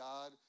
God